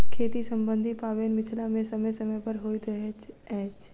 खेती सम्बन्धी पाबैन मिथिला मे समय समय पर होइत रहैत अछि